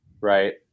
right